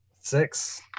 Six